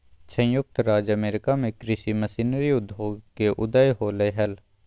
संयुक्त राज्य अमेरिका में कृषि मशीनरी उद्योग के उदय होलय हल